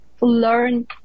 learn